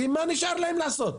כי מה נשאר להם לעשות?